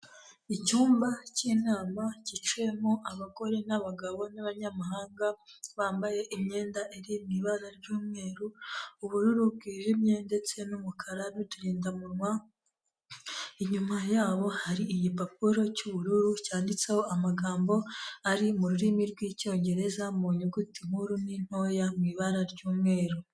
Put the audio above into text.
Icyumba cy'inama cyicayemo abagore n'abagabo n'abanyamahanga. Bambaye imyenda iri mu ibara ry'umweru, ubururu bwijimye ndetse n'umukara n'uturinda munwa. Inyuma yabo hari igipapuro cy'ubururu cyanditseho amagambo ari mu rurimi rw'icyongereza, mu nyuguti nkuru n'intoya mu ibara ry'umweru.